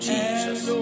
Jesus